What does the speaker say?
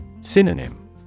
Synonym